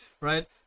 Right